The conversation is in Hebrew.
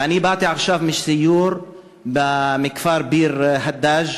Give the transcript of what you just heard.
באתי עכשיו מסיור בכפר ביר-הדאג'